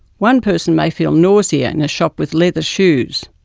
one person may feel nausea in a shop with leather shoes,